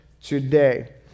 today